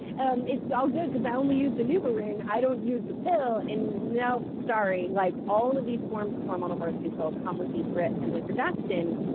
and it's it's all good because i only use the nuvaring, i don't use the pill. and no, sorry. like all of these forms of hormonal birth control come with these risks. and with progestin,